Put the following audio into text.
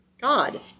God